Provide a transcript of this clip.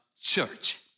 church